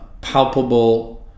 palpable